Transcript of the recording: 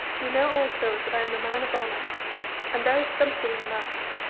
you know also that i am a man of honour and there is something in that!